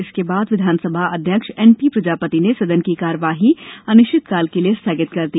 इसके बाद विधानसभा अध्यक्ष एन पी प्रजापति ने सदन की कार्यवाही अनिश्चितकाल के लिये स्थगित कर दी